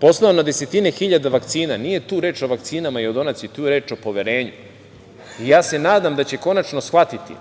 poslao na desetine hiljada vakcina. Nije tu reč o vakcinama i o donaciji, tu je reč o poverenju. Nadam se da će konačno shvatiti